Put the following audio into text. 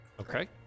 Okay